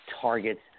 targets